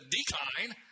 decline